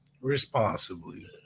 Responsibly